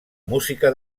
música